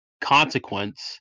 Consequence